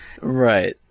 Right